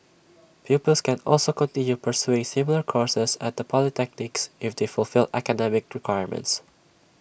pupils can also continue pursuing similar courses at the polytechnics if they fulfil academic requirements